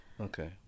okay